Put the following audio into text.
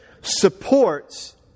supports